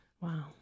Wow